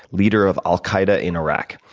leader of al-qaeda in iraq.